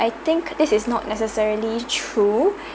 I think this is not necessarily true